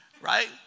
right